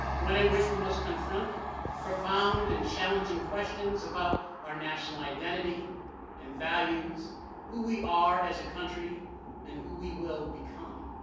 one in which we must confront profound and challenging questions about our national identity and values, who we are as a country and who we will become.